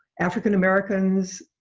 african americans,